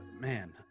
man